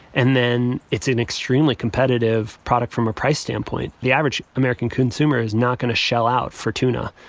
and then it's an extremely competitive product from a price standpoint. the average american consumer is not going to shell out for tuna,